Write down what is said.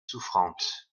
souffrante